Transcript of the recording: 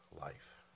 life